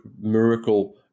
miracle